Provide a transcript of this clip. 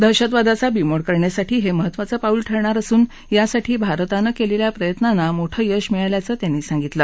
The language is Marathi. दहशतवादाचा बिमोड करण्यासाठी हे महत्त्वाचं पाऊल ठरणार असून याकरता भारतानं केलेल्या प्रयत्नांना मोठं यश मिळाल्याचं त्यांनी सांगितलं